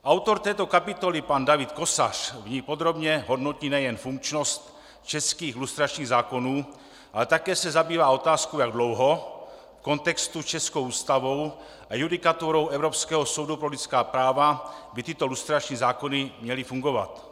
Autor této kapitoly, pan David Kosař, v ní podrobně hodnotí nejen funkčnost českých lustračních zákonů, ale také se zabývá otázkou, jak dlouho v kontextu s českou Ústavou a judikaturou Evropského soudu pro lidská práva by tyto lustrační zákony měly fungovat.